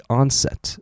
onset